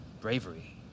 bravery